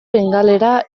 bengalera